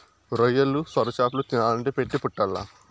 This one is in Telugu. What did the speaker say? రొయ్యలు, సొరచేపలు తినాలంటే పెట్టి పుట్టాల్ల